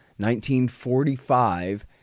1945